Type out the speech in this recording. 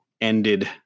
ended